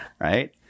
Right